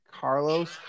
Carlos